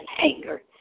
anger